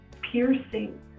piercing